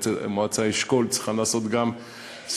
ומועצה אזורית אשכול צריכה לעשות גם היא,